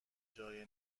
جای